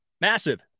massive